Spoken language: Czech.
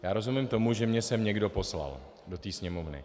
Já rozumím tomu, že mě sem někdo poslal, do té Sněmovny.